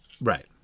right